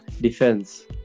defense